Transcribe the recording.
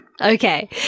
Okay